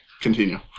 Continue